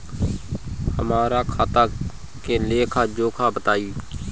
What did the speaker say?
हमरा खाता के लेखा जोखा बताई?